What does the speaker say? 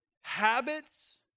habits